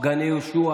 בגני יהושע